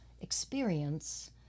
experience